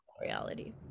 Reality